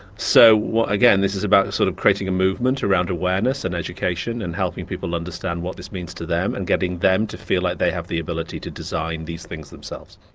so again, this is about sort of creating a movement around awareness and education and helping people understand what this means to them, and getting them to feel like they have the ability to design these things themselves.